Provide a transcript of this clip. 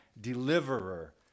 deliverer